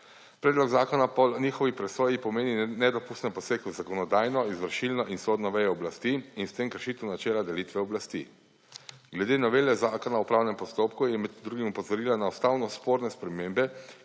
Predlog zakona po njihovi presoji pomeni nedopusten poseg v zakonodajno, izvršilno in sodno vejo oblasti in s tem kršitev načela delitve oblasti. Glede novele zakona o upravnem postopku je med drugim opozorila na ustavno sporne spremembe,